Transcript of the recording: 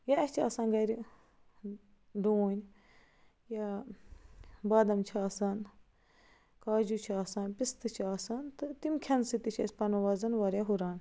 یا اَسہِ چھِ آسان گَرِ ڈوٗنۍ یا بادم چھِ آسان کاجوٗ چھِ آسان پِستہٕ چھِ آسان تہٕ تِم کھیٚنہٕ سۭتۍ تہِ چھِ أسۍ پنُن وَزن وارِیاہ ہُران